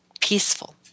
peaceful